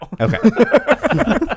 Okay